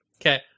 Okay